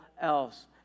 else